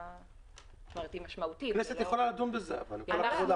אבל הכנסת יכולה לדון בזה גם.